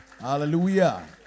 Hallelujah